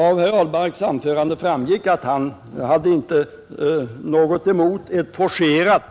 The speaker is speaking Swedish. Av herr Ahlmarks anförande framgick att han inte hade något emot ett forcerat